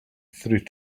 through